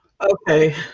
Okay